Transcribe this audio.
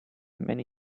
many